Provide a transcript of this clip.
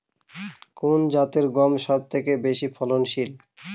কোন জাতের গম সবথেকে বেশি ফলনশীল?